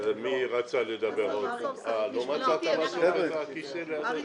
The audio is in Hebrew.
אריק שמילוביץ בבקשה.